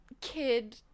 kid